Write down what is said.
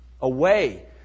away